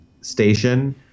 station